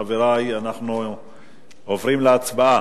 חברי, אנחנו עוברים להצבעה.